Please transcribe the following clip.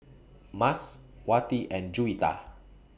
Mas Wati and Juwita